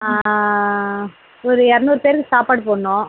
ஒரு இருநூறு பேருக்கு சாப்பாடு போடணும்